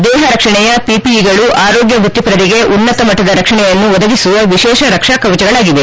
ದೇಹ ರಕ್ಷಣೆಯ ಪಿಪಿಐಗಳು ಆರೋಗ್ತ ವ್ಯಕ್ತಿಪರರಿಗೆ ಉನ್ನತ ಮಟ್ಟದ ರಕ್ಷಣೆಯನ್ನು ಒದಗಿಸುವ ವಿಶೇಷ ರಕ್ಷಾ ಕವಚಗಳಾಗಿವೆ